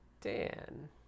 Dan